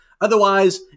Otherwise